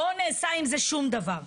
לא נעשה עם זה שום דבר.